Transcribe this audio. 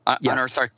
Yes